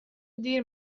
دیر